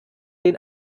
den